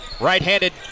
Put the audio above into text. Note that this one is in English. Right-handed